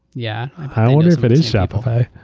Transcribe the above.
yeah. i ah wonder if it is shopify.